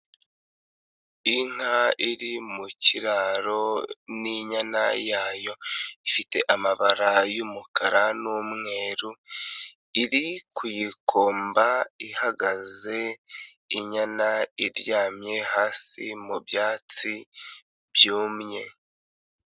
Inka iri mu kiraro inyana yayo, ifite amabara y'umukara n'umweru, iri kuyikomba ihagaze, inyana iryamye hasi mu byatsi byumye.